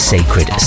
Sacred